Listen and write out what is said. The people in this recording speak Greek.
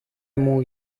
μου